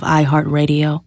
iHeartRadio